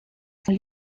son